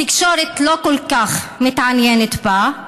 התקשורת לא כל כך מתעניינת בה,